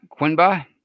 Quinba